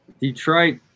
Detroit